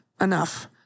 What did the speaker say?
enough